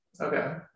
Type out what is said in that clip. Okay